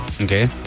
Okay